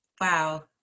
Wow